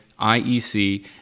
IEC